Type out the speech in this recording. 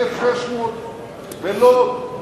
1,600 בלוד.